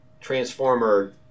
Transformer